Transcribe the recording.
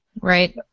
Right